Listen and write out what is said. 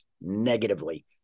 negatively